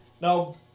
Now